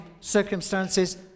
circumstances